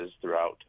throughout